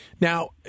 Now